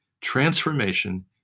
Transformation